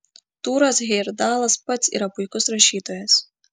tūras hejerdalas pats yra puikus rašytojas